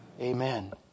Amen